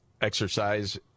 exercise